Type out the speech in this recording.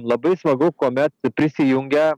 labai smagu kuomet prisijungia